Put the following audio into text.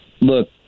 Look